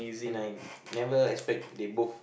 and I never expect they both